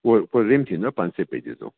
उहे उहे रिम थीदो पंज सौ पेजिस जो